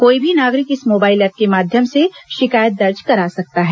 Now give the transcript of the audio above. कोई भी नागरिक इस मोबाइल ऐप के माध्यम से शिकायत दर्ज करा सकता है